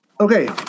Okay